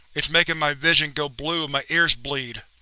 it's making my vision go blue and my ears bleed.